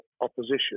opposition